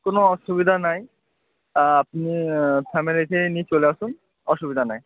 কোনো অসুবিধা নেই আপনি ফ্যামিলিকে নিয়ে চলে আসুন অসুবিধা নেই